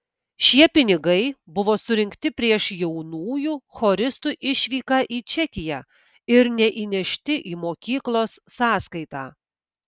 šie pinigai buvo surinkti prieš jaunųjų choristų išvyką į čekiją ir neįnešti į mokyklos sąskaitą